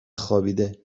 خوابیده